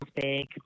big